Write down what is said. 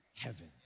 heaven